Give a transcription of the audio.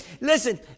Listen